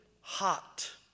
hot